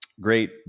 great